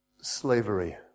slavery